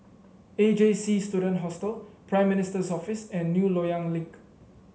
A J C Student Hostel Prime Minister's Office and New Loyang Link